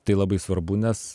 tai labai svarbu nes